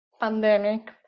pandemic